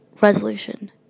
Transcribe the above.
Resolution